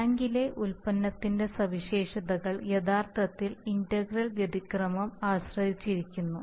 ടാങ്കിലെ ഉൽപ്പന്നത്തിന്റെ സവിശേഷതകൾ യഥാർത്ഥത്തിൽ ഇന്റഗ്രൽ വ്യതിക്രമം ആശ്രയിച്ചിരിക്കുന്നു